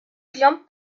jump